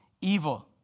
evil